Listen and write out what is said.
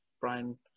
Brian